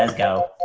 ah go.